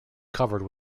covered